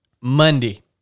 Monday